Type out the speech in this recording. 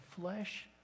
flesh